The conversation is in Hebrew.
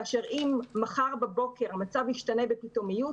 כאשר אם מחר בבוקר המצב ישתנה בפתאומיות,